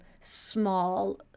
small